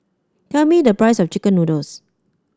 tell me the price of chicken noodles